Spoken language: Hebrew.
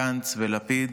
גנץ ולפיד.